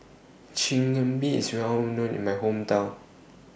Chigenabe IS Well known in My Hometown